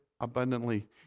abundantly